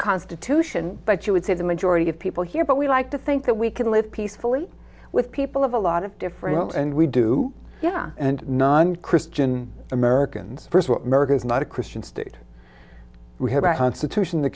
constitution but you would say the majority of people here but we like to think that we can live peacefully with people of a lot of different and we do yeah and non christian americans first what america is not a christian state we have a constitution th